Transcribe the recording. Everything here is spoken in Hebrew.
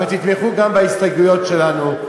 אבל תתמכו גם בהסתייגויות שלנו,